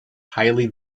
highly